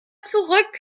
zurück